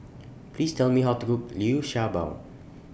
Please Tell Me How to Cook Liu Sha Bao